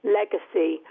legacy